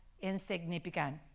insignificant